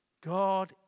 God